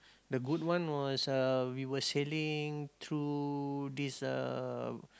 the good one was uh we were sailing through this uh